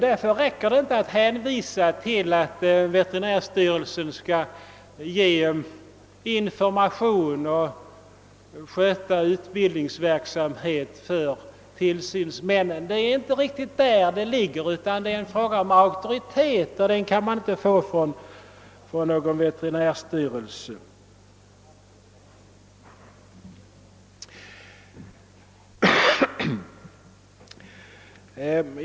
Därför räcker det inte med att hänvisa till att veterinärstyrelsen skall ge information och sköta utbildningsverksamheten för tillsynsmännen. Det är inte där behovet ligger. Det är fråga om behov av auktoritet. Sådan kan man inte få från veterinärstyrelsen.